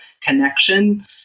connection